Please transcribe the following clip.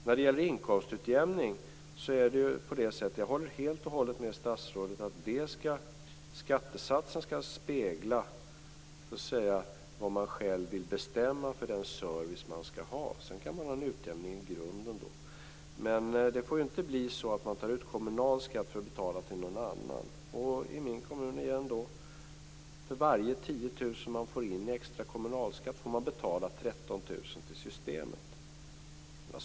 När det gäller inkomstutjämning håller jag helt och hållet med statsrådet om att skattesatsen skall spegla den service som man bestämmer att man skall ha. Sedan kan man ha en utjämning i grunden. Men det får ju inte bli så att man tar ut kommunal skatt för att betala till någon annan. För varje 10 000 kronor som man får in i extra kommunalskatt i min hemkommun får man betala 13 000 kronor till systemet.